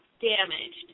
damaged